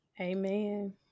Amen